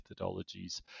methodologies